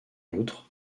outre